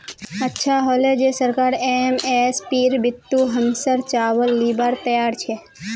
अच्छा हले जे सरकार एम.एस.पीर बितु हमसर चावल लीबार तैयार छ